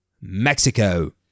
Mexico